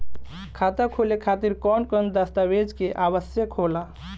खाता खोले खातिर कौन कौन दस्तावेज के आवश्यक होला?